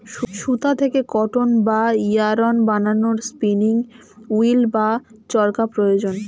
সুতা থেকে কটন বা ইয়ারন্ বানানোর স্পিনিং উঈল্ বা চরকা প্রয়োজন